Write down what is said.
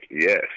Yes